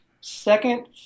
Second